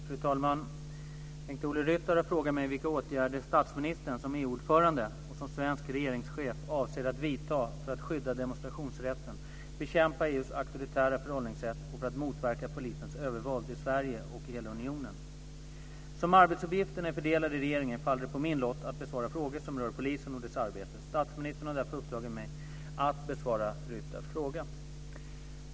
Fru talman! Bengt-Ola Ryttar har frågat vilka åtgärder statsministern som EU-ordförande och som svensk regeringschef avser att vidta för att skydda demonstrationsrätten, bekämpa EU:s auktoritära förhållningssätt och för att motverka polisens övervåld i Sverige och i hela unionen. Som arbetsuppgifterna är fördelade i regeringen faller det på min lott att besvara frågor som rör polisen och dess arbete. Statsministern har därför uppdragit åt mig att besvara Ryttars fråga.